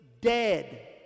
dead